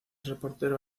reportero